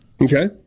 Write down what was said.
Okay